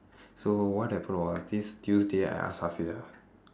so what happened was this tuesday I ask hafeezah